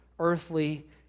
earthly